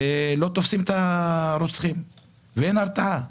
ולא תופסים את הרוצחים ואין הרתעה.